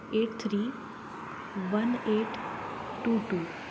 eight three one eight two two